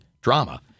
drama